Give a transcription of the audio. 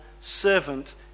servant